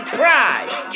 prize